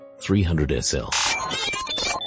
300SL